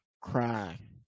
cry